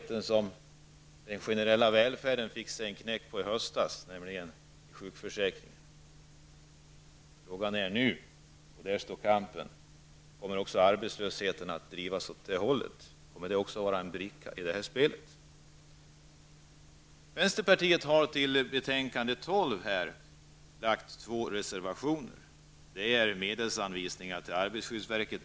Inom den generella välfärden fick man i höstas en erfarenhet av detta genom besluten om sjukförsäkringen. Frågan är nu -- och där står kampen -- om det även när det gäller arbetslösheten kommer att ske en sådan anpassning till europeiska förhållanden, om även arbetslösheten kommer att bli en bricka i spelet. Vänsterpartiet har till arbetsmarknadsutskottets betänkande 12 fogat två reservationer. Den ena gäller medelsanvisningar till arbetarskyddsverket.